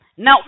Now